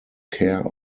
care